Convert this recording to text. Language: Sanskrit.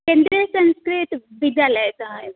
केन्द्रीयसंस्कृतविद्यालयतः एव